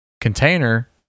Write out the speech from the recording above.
container